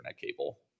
cable